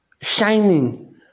shining